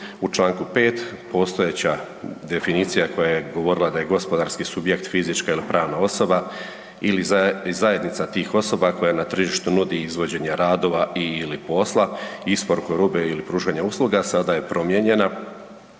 u čl. 5 postojeća definicija koja je govorila da je gospodarski subjekt fizička ili pravna osoba ili zajednica tih osoba koja na tržištu nudi izvođenje radova ili posla, isporuku robe ili pružanja usluga, sada je promijenjena